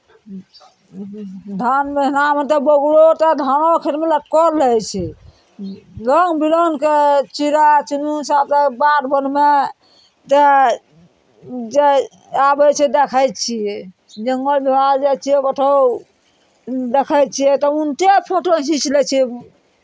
धान महीनामे तऽ बगुलो तऽ धानक खेतमे लटकल रहै छै रङ्ग बिरङ्गके चिड़य चुरमुन्नी सभके बाध बोनमे तऽ जे आबै छै देखै छियै जङ्गल झाड़ जाइ छियै ओतहु देखै छियै तऽ उन्टे फोटो घीच लै छियै